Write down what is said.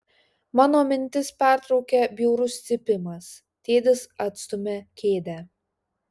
mano mintis pertraukia bjaurus cypimas tėtis atstumia kėdę